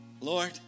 Lord